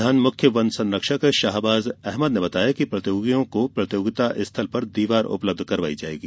प्रधान मुख्य वन संरक्षक शाहबाज अहमद ने बताया कि प्रतियोगियों को प्रतियोगिता स्थल पर दीवार उपलब्ध करवाई जायेगी